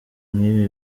nk’ibi